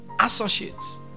associates